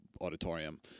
auditorium